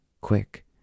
quick